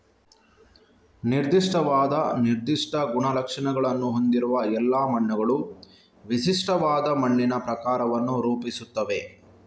ನಿರ್ದಿಷ್ಟವಾದ ನಿರ್ದಿಷ್ಟ ಗುಣಲಕ್ಷಣಗಳನ್ನು ಹೊಂದಿರುವ ಎಲ್ಲಾ ಮಣ್ಣುಗಳು ವಿಶಿಷ್ಟವಾದ ಮಣ್ಣಿನ ಪ್ರಕಾರವನ್ನು ರೂಪಿಸುತ್ತವೆ